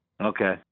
Okay